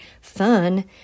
fun